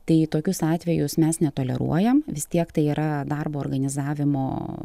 tai tokius atvejus mes netoleruojam vis tiek tai yra darbo organizavimo